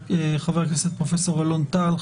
חבר הכנסת פרופ' אלון טל,